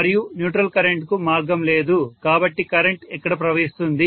మరియు న్యూట్రల్ కరెంటుకు మార్గం లేదు కాబట్టి కరెంట్ ఎక్కడ ప్రవహిస్తుంది